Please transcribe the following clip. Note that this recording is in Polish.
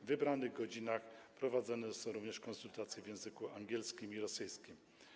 W wybranych godzinach prowadzone są również konsultacje w języku angielskim i języku rosyjskim.